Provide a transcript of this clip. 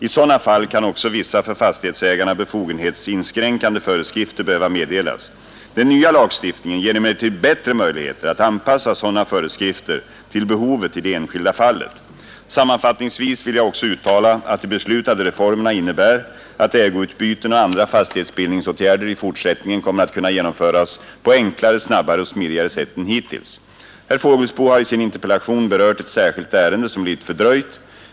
I sådana fall kan också vissa för fastighetsägarna befogenhetsinskränkande föreskrifter behöva meddelas. Den nya lagstiftningen ger emellertid bättre möjligheter att anpassa sådana föreskrifter till behovet i det enskilda fallet. Sammanfattningsvis vill jag alltså uttala att de beslutade reformerna innebär att ägoutbyten och andra fastighetsbildningsåtgärder i fortsättningen kommer att kunna genomföras på enklare, snabbare och smidigare sätt än hittills. Herr Fågelsbo har i sin interpellation berört ett särskilt ärende som blivit fördröjt.